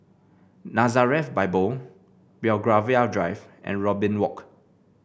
Nazareth Bible Belgravia Drive and Robin Walk